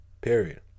Period